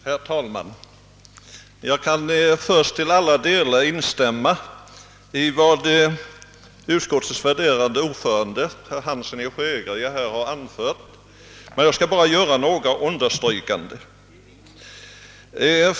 Herr talman! Jag kan först till alla delar instämma i vad utskottets värderade ordförande, herr Hansson i Skegrie, har anfört, och jag skall bara göra några understrykningar.